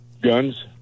guns